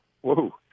whoa